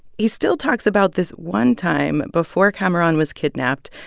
he still talks about this one time, before kamaran was kidnapped,